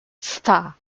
sta